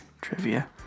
trivia